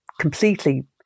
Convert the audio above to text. completely